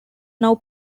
now